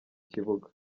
kibuga